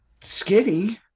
skinny